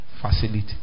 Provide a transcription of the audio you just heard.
facility